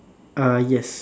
uh yes